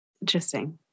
Interesting